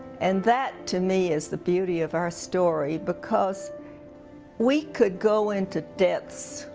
and that, to me, is the beauty of our story because we could go into depths,